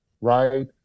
right